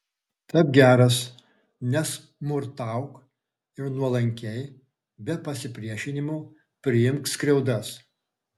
tapk geras nesmurtauk ir nuolankiai be pasipriešinimo priimk skriaudas